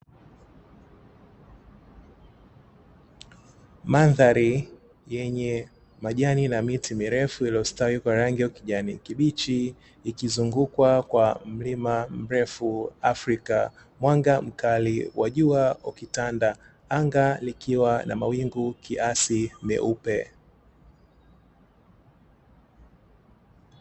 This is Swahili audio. Mandhari yenye majani na miti mirefu iliyostawi wa rangi ya kijani kibichi ikizungukwa kwa mlima mrefu afrika, mwanga mkali wa jua likitanda na anga likiwa na mawingu kiasi meupe.